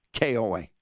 KOA